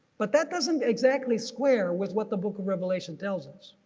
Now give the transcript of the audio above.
but that doesn't exactly square with what the book of revelation tells us.